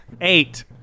eight